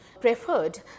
preferred